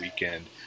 weekend